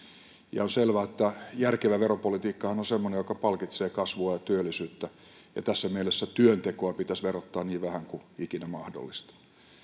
ja on selvää että järkevä veropolitiikkahan on semmoista joka palkitsee kasvua ja työllisyyttä ja tässä mielessä työntekoa pitäisi verottaa niin vähän kuin ikinä mahdollista